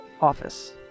office